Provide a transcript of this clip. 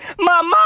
mama